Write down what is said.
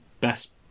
best